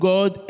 God